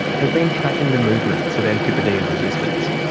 has been tracking the movements of antipodean resistance.